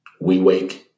WeWake